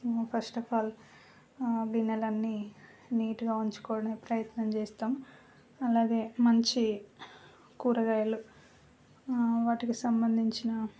first of all ఆ గిన్నెలు అన్నీ నీట్గా ఉంచుకునే ప్రయత్నం చేస్తాం అలాగే మంచి కూరగాయలు వాటికి సంబంధించిన